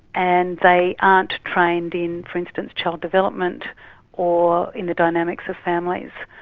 and they aren't trained in, for instance, child development or in the dynamics of families.